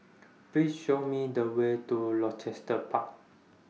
Please Show Me The Way to Rochester Park